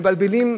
מבלבלים,